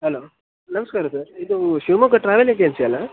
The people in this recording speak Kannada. ಹಲೋ ನಮಸ್ಕಾರ ಸರ್ ಇದು ಶಿವಮೊಗ್ಗ ಟ್ರಾವೆಲ್ ಏಜೆನ್ಸಿ ಅಲ್ವಾ